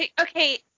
okay